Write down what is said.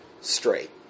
straight